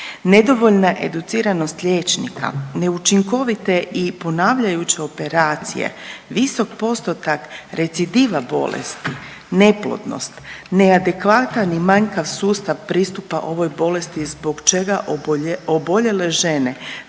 nedovoljna educiranost liječnika, neučinkovite i ponavljajuće operacije, visok postotak recidiva bolesti, neplodnost, neadekvatan i manjkav sustav pristupa ovoj bolesti zbog čega oboljele žene